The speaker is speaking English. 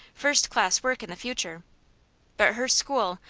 first-class work in the future but her school,